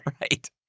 right